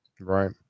Right